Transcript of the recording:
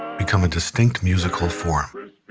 become a distinct musical form.